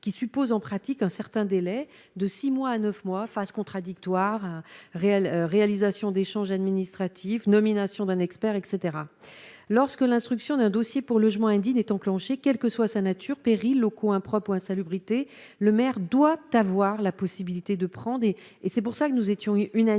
qui suppose en pratique un certain délai de 6 mois, 9 mois phase contradictoire réelle réalisation d'échange : nomination d'un expert etc lorsque l'instruction d'un dossier pour logements indignes est enclenché, quelle que soit sa nature péril coin propos insalubrité, le maire doit avoir la possibilité de prendre des et c'est pour ça que nous étions unanimes,